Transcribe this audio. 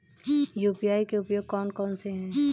UPI के उपयोग कौन कौन से हैं?